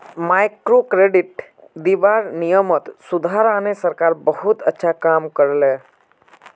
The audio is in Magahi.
माइक्रोक्रेडिट दीबार नियमत सुधार आने सरकार बहुत अच्छा काम कर ले